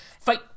fight